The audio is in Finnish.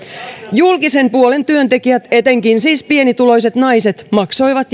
julkisen puolen työntekijät etenkin siis pienituloiset naiset maksoivat